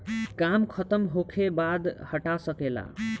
काम खतम होखे बाद हटा सके ला